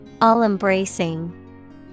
All-embracing